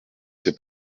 ses